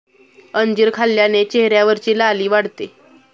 अंजीर खाल्ल्याने चेहऱ्यावरची लाली वाढते